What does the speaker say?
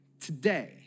today